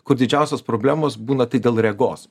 kur didžiausios problemos būna tai dėl regos